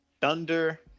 Thunder